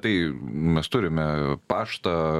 tai mes turime paštą